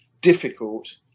difficult